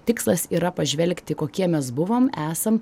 tikslas yra pažvelgti kokie mes buvom esam